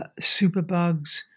superbugs